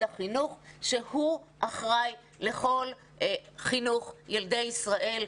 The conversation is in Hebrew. החינוך שהוא אחראי לכל חינוך ילדי ישראל,